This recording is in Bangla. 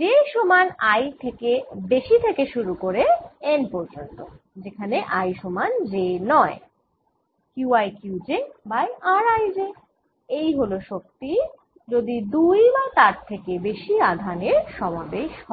j সমান i এর থেকে বেশি থেকে শুরু করে N পর্যন্ত যেখানে i সমান j নয় QiQj বাই rij এই হল শক্তি যদি ২ বা তার থেকে বেশি আধানের সমাবেশ হয়